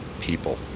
people